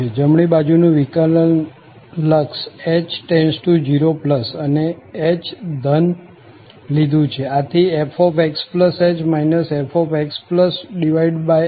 જમણી બાજુ નું વિકલન લક્ષ h→0 અને h ધન લીધું છે આથી fxh fxh